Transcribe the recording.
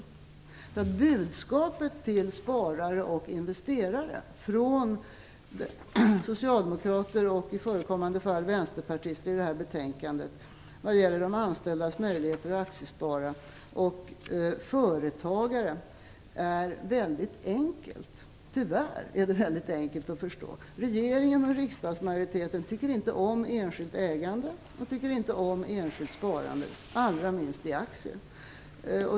Budskapet i detta betänkandet till sparare och investerare från socialdemokrater och i förekommande fall vänsterpartister vad gäller de anställdas möjligheter att aktiespara och till företagare är tyvärr mycket enkelt att förstå. Regeringen och riksdagsmajoriteten tycker inte om enskilt ägande. De tycker inte om enskilt sparande, allra minst i aktier.